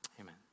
Amen